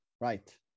Right